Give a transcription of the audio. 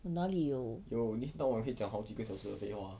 有你一天到晚可以讲好几个小时的费话